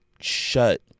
shut